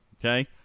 okay